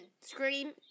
Scream